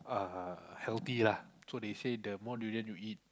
uh healthy lah so they say the more durian you eat